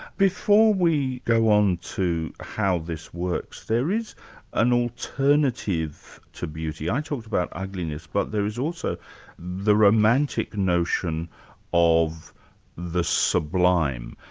before we go on to how this works, there is an alternative to beauty. i talked about ugliness, but there is also the romantic notion of the sublime,